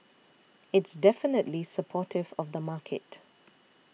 it's definitely supportive of the market